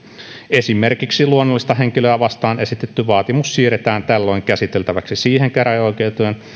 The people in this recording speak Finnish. esimerkiksi luonnollista henkilöä vastaan esitetty vaatimus siirretään tällöin käsiteltäväksi siihen käräjäoikeuteen